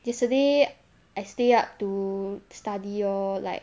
yesterday I stay up to study orh like